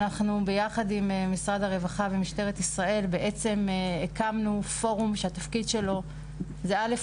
אנחנו ביחד עם משרד הרווחה ומשטרת ישראל הקמנו פורום שהתפקיד שלו זה א',